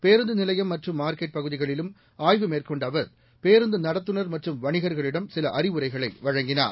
பேருந்து நிலையம் மற்றும் மார்க்கெட் பகுதிகளிலும் ஆய்வு மேற்கொண்ட அவர் பேருந்து நடத்துநர் மற்றும் வணிகர்களிடம் சில அறிவுரைகளை வழங்கினார்